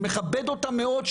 ומכבד אותן מאוד,